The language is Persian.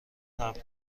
طبله